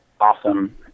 awesome